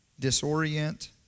disorient